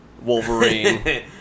Wolverine